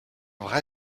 vrai